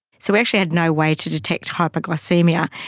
so actually had no way to detect hypoglycaemia,